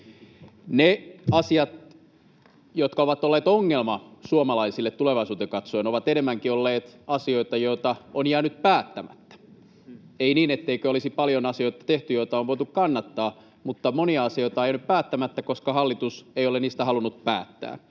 Ne asiat, jotka ovat olleet ongelma suomalaisille tulevaisuuteen katsoen, ovat enemmänkin olleet asioita, joita on jäänyt päättämättä. Ei niin, etteikö olisi paljon asioita tehty, joita on voitu kannattaa, mutta monia asioita on jäänyt päättämättä, koska hallitus ei ole niistä halunnut päättää.